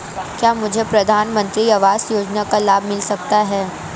क्या मुझे प्रधानमंत्री आवास योजना का लाभ मिल सकता है?